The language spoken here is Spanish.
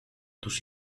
tus